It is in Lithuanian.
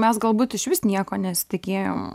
mes galbūt išvis nieko nesitikėjom